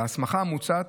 ההסמכה המוצעת